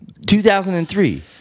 2003